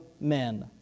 men